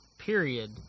Period